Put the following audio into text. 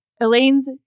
Elaine's